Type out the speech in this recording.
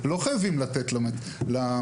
לא חייבים לתת למשטרה.